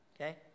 Okay